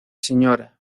sra